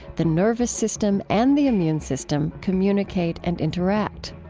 the nervous system, and the immune system communicate and interact.